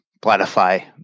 platify